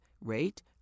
rate